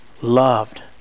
loved